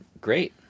Great